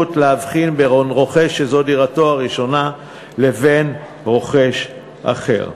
להבחין בין רוכש שזו דירתו הראשונה לבין רוכש אחר.